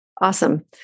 Awesome